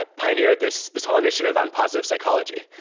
but pioneered this this whole initiative on positive psychology.